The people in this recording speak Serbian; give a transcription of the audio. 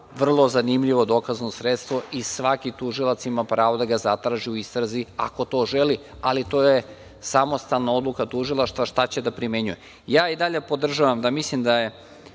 vrlo zanimljivo dokazno sredstvo i svaki tužilac ima pravo da ga zatraži u istrazi, ako to želi, ali to je samostalna odluka tužilaštva šta će da primenjuje. Ja i dalje podržavam da mislim da je